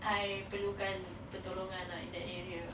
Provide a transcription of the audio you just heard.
I perlukan pertolongan lah in that area